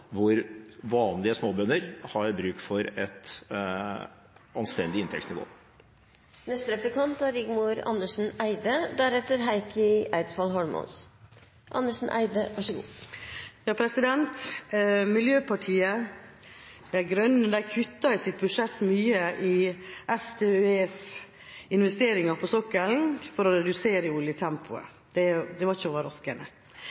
hvor vanlige småbønder har bruk for et anstendig inntektsnivå. Miljøpartiet De Grønne kuttet i sitt budsjett mye i SDØEs investeringer på sokkelen for å redusere